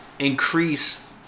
increase